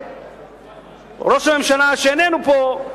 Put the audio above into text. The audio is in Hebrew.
ראש הממשלה שאיננו פה,